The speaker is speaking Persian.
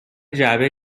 جعبه